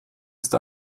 ist